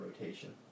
rotation